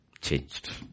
changed